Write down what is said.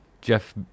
Jeff